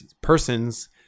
persons